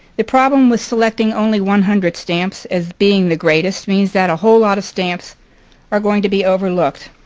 the problem with selecting only one hundred stamps as being the greatest means that a whole lot of stamps are going to be overlooked.